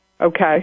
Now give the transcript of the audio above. Okay